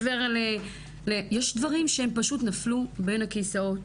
יש דברים שפשוט נפלו בין הכיסאות,